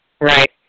Right